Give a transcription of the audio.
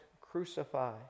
crucify